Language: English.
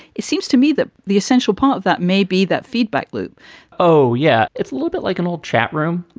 it seems to me that the essential part that maybe that feedback loop oh, yeah. it's a little bit like an old chatroom. yeah.